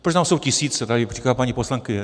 Protože tam jsou tisíce, tady říká paní poslankyně .